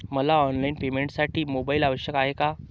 मला ऑनलाईन पेमेंटसाठी मोबाईल आवश्यक आहे का?